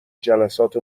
جلسات